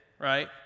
right